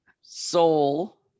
Soul